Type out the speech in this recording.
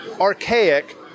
archaic